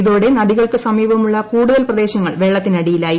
ഇതോടെ നദികൾക്ക് സമീപമുള്ള കൂടുതൽ പ്രദേശങ്ങൾ വെള്ളത്തിനടിയിലായി